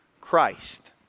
Christ